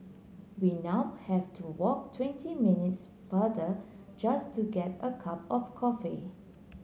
we now have to walk twenty minutes farther just to get a cup of coffee